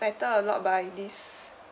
~ffected a lot by this